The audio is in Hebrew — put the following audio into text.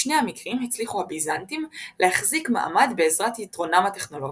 בשני המקרים הצליחו הביזנטים להחזיק מעמד בעזרת יתרונם הטכנולוגי.